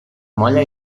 molla